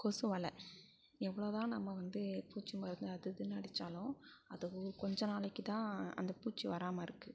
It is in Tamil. கொசுவல எவ்வளோ தான் நம்ம வந்து பூச்சி மருந்து அது இதுன்னு அடிச்சாலும் அது உ கொஞ்ச நாளைக்கு தான் அந்த பூச்சி வராமல் இருக்கு